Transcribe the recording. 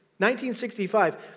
1965